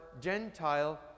Gentile